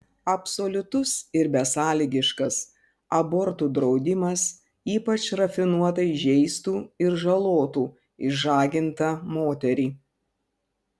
absoliutus ir besąlygiškas abortų draudimas ypač rafinuotai žeistų ir žalotų išžagintą moterį